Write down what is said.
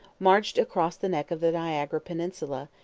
marched across the neck of the niagara peninsula,